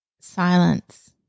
silence